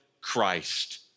Christ